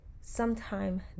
sometime